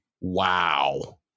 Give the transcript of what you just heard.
Wow